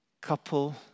couple